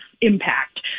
impact